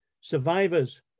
survivors